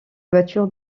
voiture